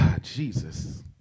Jesus